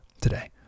today